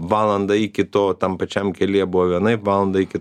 valandą iki to tam pačiam kelyje buvo vienaip valandą iki